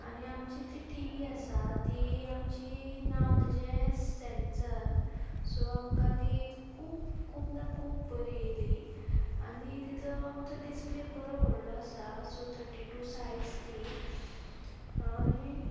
आनी आमची ती टी वी आसा ती आमची नांव तिचें सॅमसन सो आमकां ती खूब खूब ना खूब बरी येली आनी तिचो आमचो डिसप्ले बरो व्हडलो आशा सो टर्टी टू सायझ ती आनी